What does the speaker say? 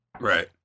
Right